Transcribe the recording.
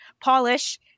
polish